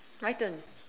my turn